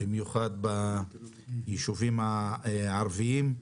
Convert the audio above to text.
במיוחד ביישובים הערביים.